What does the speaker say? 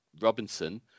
Robinson